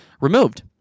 removed